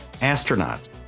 astronauts